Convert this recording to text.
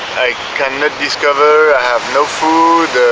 cannot discover i have no food.